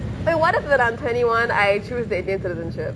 but what if that I'm twenty one I choose the indian citizenship